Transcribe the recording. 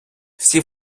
всі